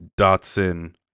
Dotson